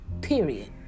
period